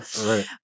Right